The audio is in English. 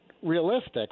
realistic